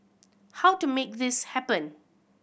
how to make this happen